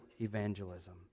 evangelism